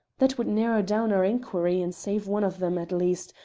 that would narrow down our inquiry and save one of them, at least,